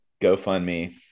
GoFundMe